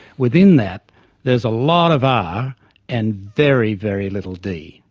within that there is a lot of r and very, very little d.